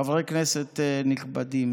חברי כנסת נכבדים